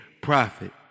Prophet